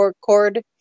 cord